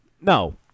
No